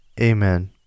amen